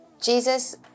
Jesus